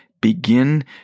Begin